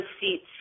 seats